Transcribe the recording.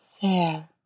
fair